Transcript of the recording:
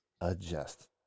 adjust